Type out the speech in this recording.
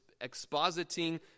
expositing